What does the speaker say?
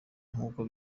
nk’uko